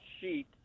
sheet